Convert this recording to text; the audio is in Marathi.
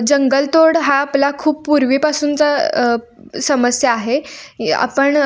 जंगलतोड ही आपली खूप पूर्वीपासूनची समस्या आहे इ आपण